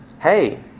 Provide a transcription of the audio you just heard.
hey